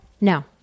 No